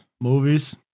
movies